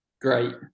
great